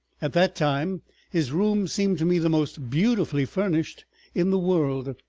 at that time his room seemed to me the most beautifully furnished in the world,